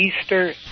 Easter